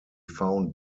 found